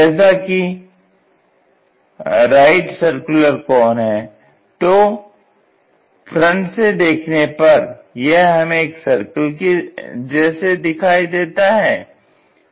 जैसा कि है राइट सर्कुलर कोन है तो फ्रंट से देखने पर यह हमें एक सर्कल की जैसे दिखाई देता है